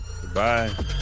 goodbye